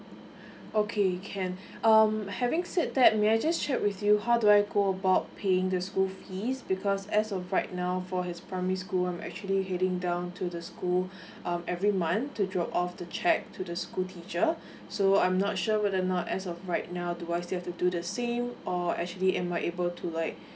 okay can um having said that may I just check with you how do I go about paying the school fees because as of right now for his primary school I'm actually heading down to the school um every month to drop off the cheque to the school teacher so I'm not sure whether not as of right now do I have still to do the same or actually am I able to like